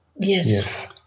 Yes